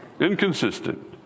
Inconsistent